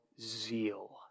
zeal